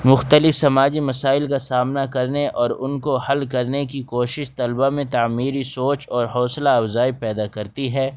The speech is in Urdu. مختلف سماجی مسائل کا سامنا کرنے اور ان کو حل کرنے کی کوشش طلبا میں تعمیری سوچ اور حوصلہ افزائی پیدا کرتی ہے